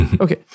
Okay